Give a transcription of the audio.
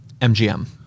MGM